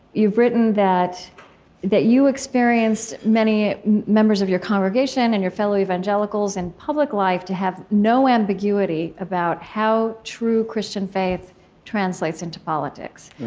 you've written that that you experienced many members of your congregation and your fellow evangelicals in public life to have no ambiguity about how true christian faith translates into politics,